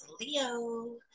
Leo